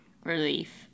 relief